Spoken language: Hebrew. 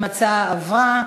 ההצעה עברה.